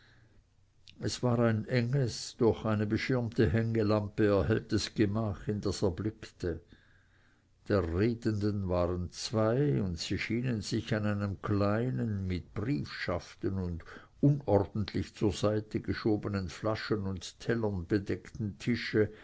es war ein enges durch eine beschirmte hängelampe erhelltes gemach in das er blickte der redenden waren zwei und sie schienen sich an einem kleinen mit briefschaften und unordentlich zur seite geschobenen flaschen und tellern bedeckten tische